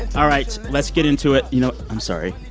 all right. let's get into it. you know, i'm sorry.